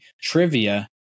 Trivia